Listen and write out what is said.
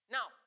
Now